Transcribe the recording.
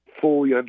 fully